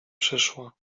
przyszła